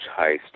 heist